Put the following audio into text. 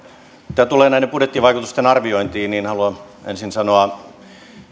mitä tulee näiden budjettivaikutusten arviointiin niin haluan ensin sanoa